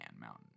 Mountain